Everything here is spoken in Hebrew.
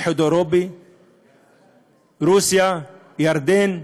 האיחוד האירופי, רוסיה, ירדן,